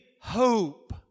hope